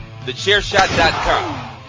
TheChairShot.com